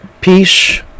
peace